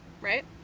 Right